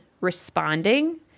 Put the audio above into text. responding